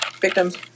victims